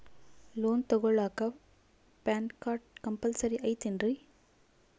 Loan ತೊಗೊಳ್ಳಾಕ PAN card compulsory ಐಯ್ತೇನ್ರಿ?